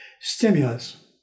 stimulus